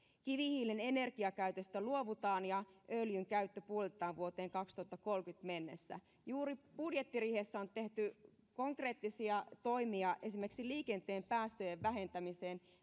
kivihiilen energiakäytöstä luovutaan ja öljyn käyttö puolitetaan vuoteen kaksituhattakolmekymmentä mennessä juuri budjettiriihessä on tehty konkreettisia toimia esimerkiksi liikenteen päästöjen vähentämiseen